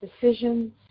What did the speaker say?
decisions